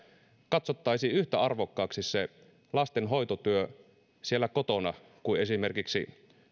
katsottaisiin yhtä arvokkaaksi lastenhoitotyö siellä kotona kuin esimerkiksi